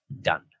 done